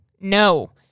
no